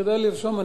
כדאי לרשום.